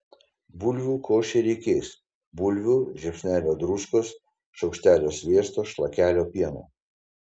bulvių košei reikės bulvių žiupsnelio druskos šaukštelio sviesto šlakelio pieno